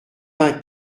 vingt